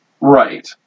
Right